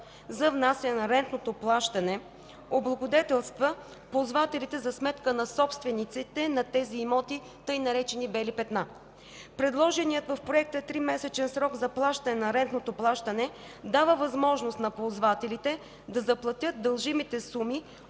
за внасяне на рентното плащане облагодетелства ползвателите за сметка на собствениците на тези имоти, тъй наречените „бели петна”. Предложеният в проекта тримесечен срок за плащане на рентното плащане дава възможност на ползвателите да заплатят дължимите суми